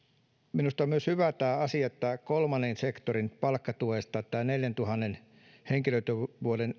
minusta on myös hyvä tämä asia että kolmannen sektorin palkkatuesta tämä neljäntuhannen henkilötyövuoden